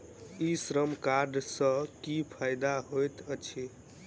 ई श्रम कार्ड सँ की फायदा होइत अछि?